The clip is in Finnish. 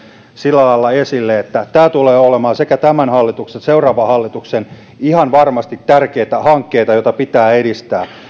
sillä lailla esille että tämä tulee olemaan ihan varmasti sekä tämän hallituksen että seuraavan hallituksen tärkeitä hankkeita joita pitää edistää